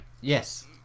Yes